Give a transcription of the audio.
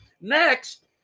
Next